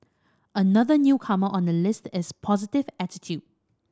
another newcomer on the list is positive attitude